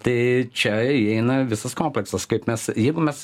tai čia įeina visas kompleksas kaip mes jeigu mes